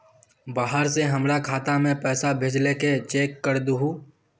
बाहर से हमरा खाता में पैसा भेजलके चेक कर दहु?